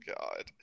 god